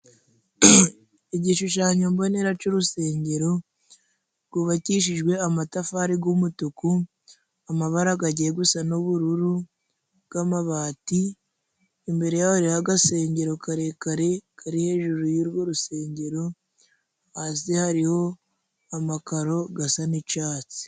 Igishushanyo mbonera c'urusengero gubakishijwe amatafari g'umutuku, amabara gagiye gusa n'ubururu bw'amabati, imbere yaho hariho agasengero karekare kari hejuru y'urwo rusengero, hasi hariho amakaro gasa n'icatsi.